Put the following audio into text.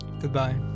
goodbye